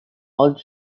old